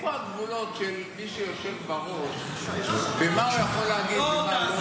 איפה הגבולות של מי שיושב בראש במה הוא יכול להגיד ומה לא?